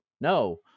no